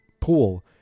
pool